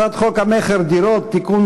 הצעת חוק המכר (דירות) (תיקון,